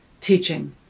teaching